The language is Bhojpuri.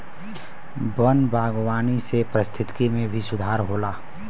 वन बागवानी से पारिस्थिकी में भी सुधार होला